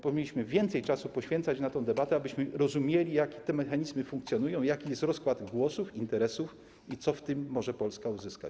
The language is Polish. Powinniśmy więcej czasu poświęcać na tę debatę, abyśmy rozumieli, jak te mechanizmy funkcjonują, jaki jest rozkład głosów, interesów i co Polska może na tym zyskać.